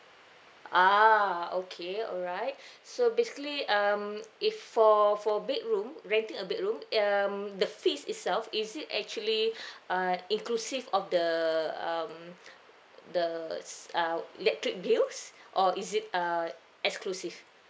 ah okay all right so basically um if for for bedroom renting a bedroom um the fees itself is it actually err inclusive of the um the s~ uh electric bills or is it err exclusive